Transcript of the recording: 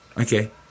Okay